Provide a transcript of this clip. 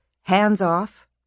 hands-off